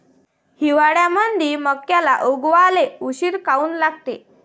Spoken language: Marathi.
हिवाळ्यामंदी मक्याले उगवाले उशीर काऊन लागते?